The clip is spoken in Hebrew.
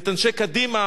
את אנשי קדימה,